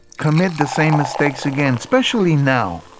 commit the same mistakes again, especially now,